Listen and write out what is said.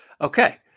Okay